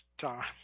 time